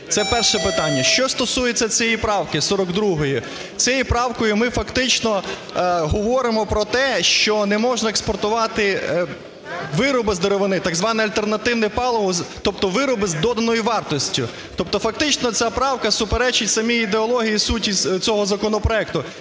Це перше питання. Що стосується цієї правки 42-ої. Цією правкою ми фактично говоримо про те, що не можна експортувати вироби з деревини, так зване альтернативне паливо, тобто вироби з доданою вартістю. Тобто фактично ця правка суперечить самій ідеології і суті цього законопроекту.